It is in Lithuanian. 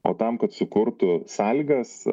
o tam kad sukurtų sąlygas